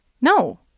No